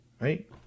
right